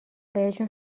بهشون